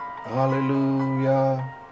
Hallelujah